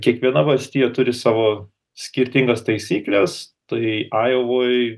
kiekviena valstija turi savo skirtingas taisykles tai ajovoj